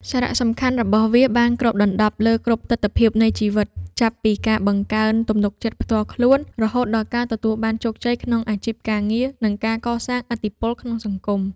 សារៈសំខាន់របស់វាបានគ្របដណ្ដប់លើគ្រប់ទិដ្ឋភាពនៃជីវិត ចាប់ពីការបង្កើនទំនុកចិត្តផ្ទាល់ខ្លួន រហូតដល់ការទទួលបានជោគជ័យក្នុងអាជីពការងារ និងការកសាងឥទ្ធិពលក្នុងសង្គម។